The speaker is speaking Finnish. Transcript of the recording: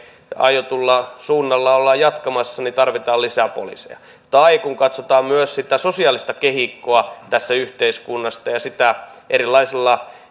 aiotulla suunnalla ollaan jatkamassa tarvitaan lisää poliiseja tai kun katsotaan myös sitä sosiaalista kehikkoa tässä yhteiskunnassa jota erilaisilla